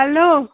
hello